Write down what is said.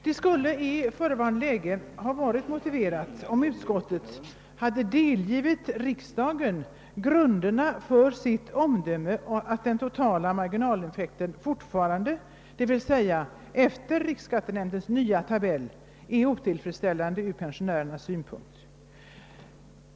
Det skulle i förevarande läge ha varit motiverat, om utskottet hade delgivit riksdagen grunderna för sitt omdöme att den totala marginaleffekten fortfarande, d.v.s. även enligt riksskattenämndens nya tabell, är otillfredsställande ur pensionärernas synpunkt.